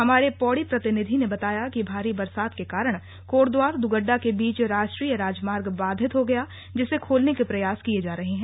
हमारे पौड़ी प्रतिनिधि ने बताया कि भारी बरसात के कारण कोटद्वार दुगड्डा के बीच राष्ट्रीय राजमार्ग बाधित हो गया जिसे खोलने के प्रयास किए जा रहे हैं